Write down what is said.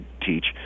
teach